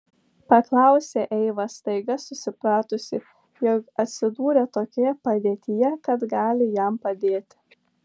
paklausė eiva staiga susipratusi jog atsidūrė tokioje padėtyje kad gali jam padėti